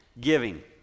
giving